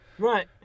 Right